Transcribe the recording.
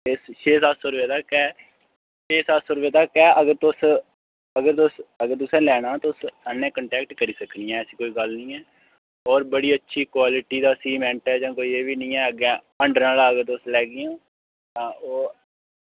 छे सत्त सौ रपे तक ऐ छे सत्त सौ रपे तक ऐ अगर तुस अगर तुस अगर तुसें लैना तुस साढ़े नै कंटैक्ट करी सकनी आं ऐसी कोई गल्ल निं ऐ और बड़ी अच्छी क्वालिटी दा सीमैंट ऐ जां कोई एह् बी निं ऐ अग्गें हंडने आह्ला अगर तुस लैग्गियां तां ओह्